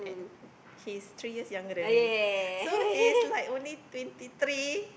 and he's three years younger than me so he's like only twenty three